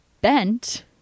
bent